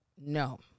no